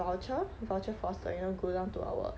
voucher voucher for us to like you know go down to our